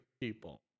people